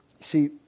See